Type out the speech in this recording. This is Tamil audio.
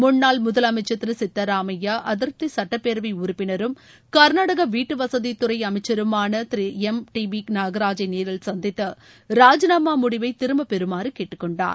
முன்னாள் முதலமைச்சர் திரு சித்தராமைய்யா அதிருப்தி சுட்டப்பேரவை உறுப்பினரும் கர்நாடக வீட்டுவசதித்துறை அமச்சருமான திரு எம் டி பி நாகராஜை நேரில் சந்தித்து ராஜினாமா முடிவை திரும்ப பெறமாறு கேட்டுக்பொண்டார்